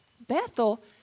Bethel